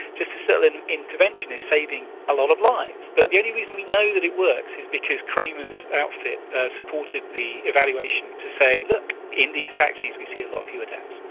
just this little intervention is saving a lot of lives. but the only reason we know that it works is because kremer's outfit supported the evaluation to say, look, in these taxis we see a lot fewer deaths.